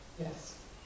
Yes